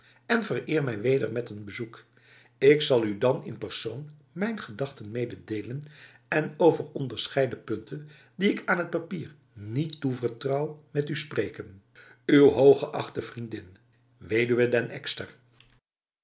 en vereer mij weder met een bezoek ik zal u dan in persoon mijn gedachten mededelen en over onderscheiden punten die ik aan het papier niet toevertrouw met u spreken uw hoogachtende vriendin wed den